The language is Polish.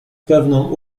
pewną